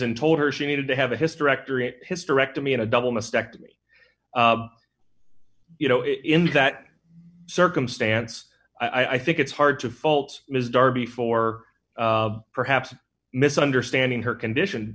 and told her she needed to have a hysterectomy a hysterectomy and a double mastectomy you know in that circumstance i think it's hard to fault ms darby for perhaps misunderstanding her condition